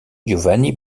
giovanni